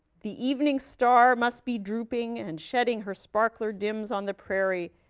the evening star must be drooping and shedding her sparkler dims on the prairie,